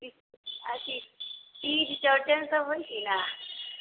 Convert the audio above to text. अथि तीज चौड़चन सब होइ छै ने